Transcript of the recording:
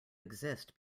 exist